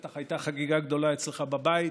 בטח הייתה חגיגה גדולה אצלך בבית,